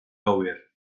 gywir